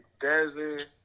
Desert